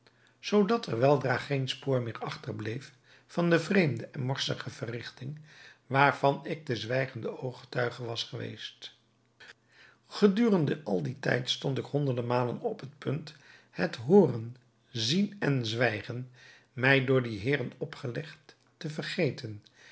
zoodat er weldra geen spoor meer achter bleef van de vreemde en morsige verrigting waarvan ik de zwijgende ooggetuige was geweest gedurende al dien tijd stond ik honderde malen op het punt het hooren zien en zwijgen mij door die heeren opgelegd te vergeten